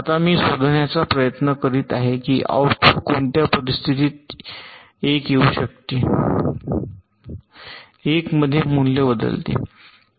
आता मी शोधण्याचा प्रयत्न करीत आहे की आउटपुट कोणत्या परिस्थितीत येऊ शकते 1 मध्ये मूल्य बदलते